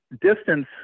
distance